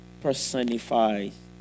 personifies